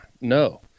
no